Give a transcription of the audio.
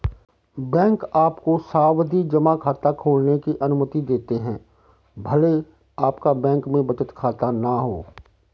bank आपको सावधि जमा खाता खोलने की अनुमति देते हैं भले आपका बैंक में बचत खाता न हो